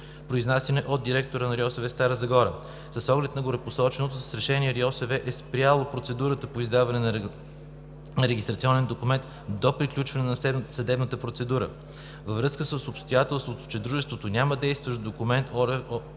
произнасяне от директора на РИОСВ – Стара Загора. С оглед на горепосоченото с решение РИОСВ е спряло процедурата по издаване на регистрационен документ до приключване на съдебната процедура. Във връзка с обстоятелството, че дружеството няма действащ документ от